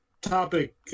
topic